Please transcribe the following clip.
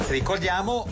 ricordiamo